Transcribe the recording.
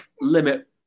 limit